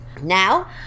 Now